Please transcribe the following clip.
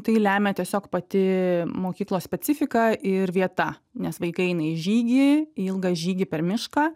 tai lemia tiesiog pati mokyklos specifika ir vieta nes vaikai eina į žygį į ilgą žygį per mišką